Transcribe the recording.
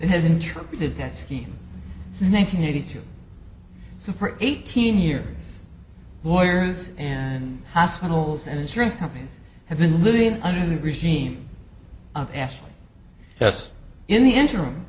has interrupted that scheme it's nine hundred eighty two so for eighteen years lawyers and hospitals and insurance companies have been living under the regime of ash just in the interim